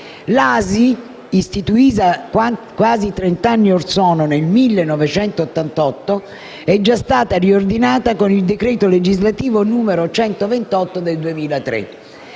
L'ASI, istituita quasi trenta anni or sono, nel 1988, è già stata riordinata con il decreto legislativo n. 128 del 2003.